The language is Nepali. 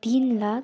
तिन लाख